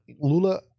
Lula